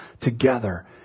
together